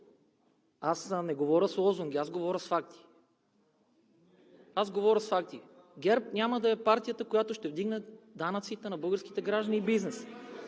аз не говоря с лозунги, аз говоря с факти. Аз говоря с факти. ГЕРБ няма да е партията, която ще вдигне данъците на българските граждани и бизнеса.